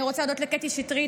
אני רוצה להודות לקטי שטרית,